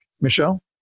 Michelle